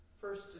First